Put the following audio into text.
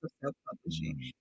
self-publishing